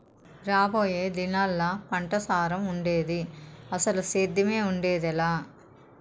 రాబోయే దినాల్లా పంటసారం ఉండేది, అసలు సేద్దెమే ఉండేదెలా